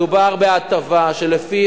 מדובר בהטבה, לפי